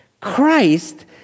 Christ